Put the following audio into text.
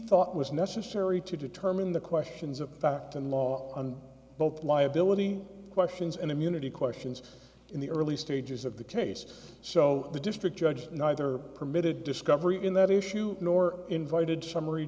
thought was necessary to determine the questions of fact in law on both liability questions and immunity questions in the early stages of the case so the district judge neither permitted discovery in that issue nor invited summary